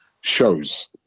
shows